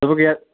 دَپَکھ یَتھ